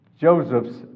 Joseph's